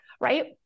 right